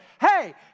hey